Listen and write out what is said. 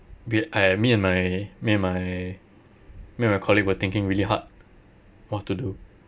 I me and my me and my me and my colleague were thinking really hard what to do